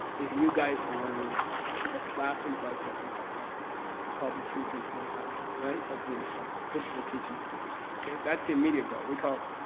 is you guys and learn the classic by je tsongkapa called the three principal paths. right? of buddhism. principal teachings of buddhism. okay, that's the immediate goal, we call,